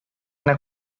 генә